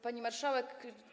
Pani Marszałek!